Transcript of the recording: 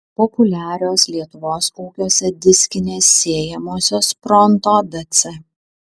populiarios lietuvos ūkiuose diskinės sėjamosios pronto dc